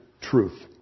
truth